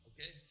Okay